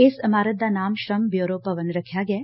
ਇਸ ਇਮਾਰਤ ਦਾ ਨਾਂ ਸ੍ਰਮ ਬਿਉਰੋ ਭਵਨ ਰੱਖਿਆ ਗਿਐ